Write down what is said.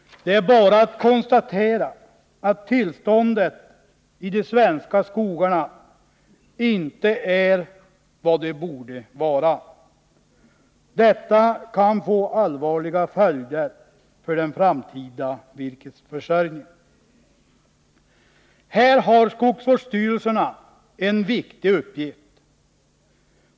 Det är alltså bara att konstatera att tillståndet i de svenska skogarna inte är vad det borde vara, och det kan få allvarliga följder för den framtida virkesförsörjningen. Här har skogsvårdsstyrelserna en viktig uppgift.